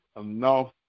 enough